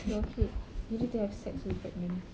your head you need to have sex to be pregnant